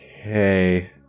okay